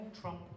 Trump